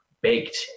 baked